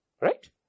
Right